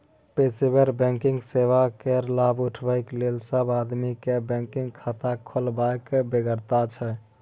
पेशेवर बैंकिंग सेवा केर लाभ उठेबाक लेल सब आदमी केँ बैंक खाता खोलबाक बेगरता छै